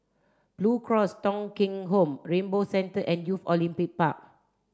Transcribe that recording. Blue Cross Thong Kheng Home Rainbow Centre and Youth Olympic Park